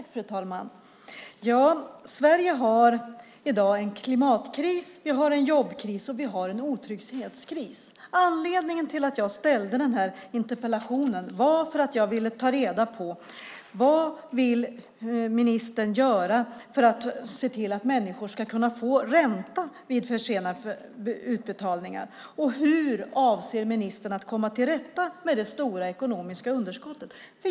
Fru talman! Sverige har i dag en klimatkris, en jobbkris och en otrygghetskris. Anledningen till att jag ställde interpellationen var att jag ville ta reda på vad ministern vill göra för att se till att människor ska få ränta vid försenade utbetalningar. Hur avser ministern att komma till rätta med det stora ekonomiska underskottet?